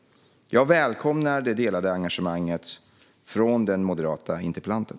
Jag välkomnar det delade engagemanget från den moderata interpellanten.